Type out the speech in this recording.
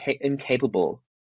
incapable